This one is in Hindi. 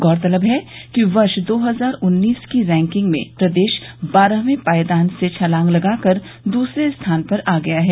गौरतलब है कि वर्ष दो हजार उन्नीस की रैंकिंग में प्रदेश बारहवें पायदान से छलांग लगाकर दूसरे स्थान पर आ गया है